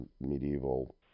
medieval